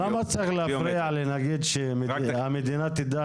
למה צריך להפריע למישהו שהמדינה תדע